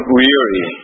weary